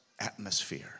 atmosphere